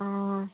অ'